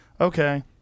Okay